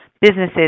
businesses